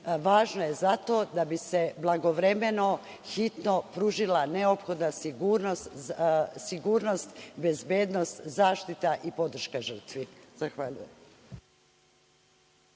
Važno je zato da bi se blagovremeno hitno pružila neophodna sigurnost, bezbednost, zaštita i podrška žrtvi. Zahvaljujem.